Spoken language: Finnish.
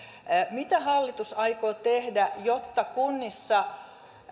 mitä hallitus aikoo tehdä jotta kunnissa